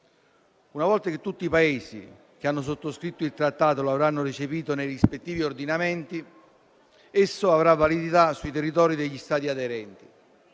Una volta che tutti i Paesi che hanno sottoscritto il trattato lo avranno ricevuto nei rispettivi ordinamenti, esso avrà validità sui territori degli Stati aderenti.